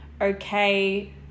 okay